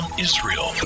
Israel